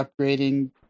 upgrading